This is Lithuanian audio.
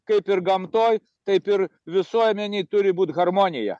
kaip ir gamtoj taip ir visuomenėj turi būt harmonija